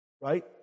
Right